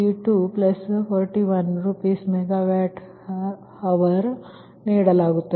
35 Pg241 RsMWhr ನೀಡಲಾಗುತ್ತದೆ